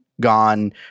gone